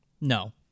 No